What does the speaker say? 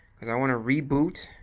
because i want to reboot,